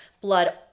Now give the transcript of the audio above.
blood